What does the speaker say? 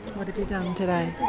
what have you done today?